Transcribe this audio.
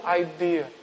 idea